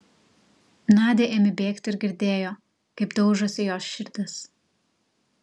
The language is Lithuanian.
nadia ėmė bėgti ir girdėjo kaip daužosi jos širdis